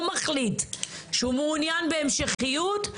הוא מחליט שהוא מעונין בהמשכיות,